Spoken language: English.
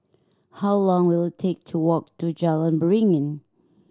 how long will it take to walk to Jalan Beringin